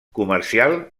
comercial